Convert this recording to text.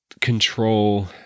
control